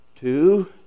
two